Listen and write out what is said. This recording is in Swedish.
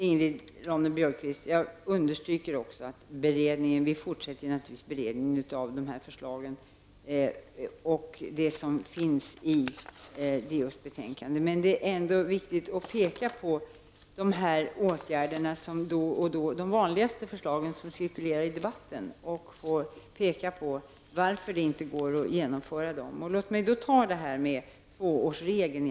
Fru talman! Jag understryker, Ingrid Ronne Björkqvist, att vi naturligtvis fortsätter beredningen av förslagen i diskrimineringsombudsmannens betänkande. Det är ändå viktigt att påpeka de vanligaste förslag som cirkulerar i debatten och att få förklara varför det inte går att genomföra dem. Låt mig ta detta med tvåårsregeln.